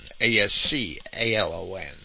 A-S-C-A-L-O-N